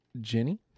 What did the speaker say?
Jenny